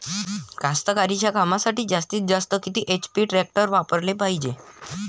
कास्तकारीच्या कामासाठी जास्तीत जास्त किती एच.पी टॅक्टर वापराले पायजे?